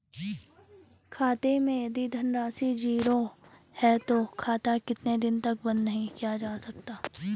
खाते मैं यदि धन राशि ज़ीरो है तो खाता कितने दिन तक बंद नहीं किया जा सकता?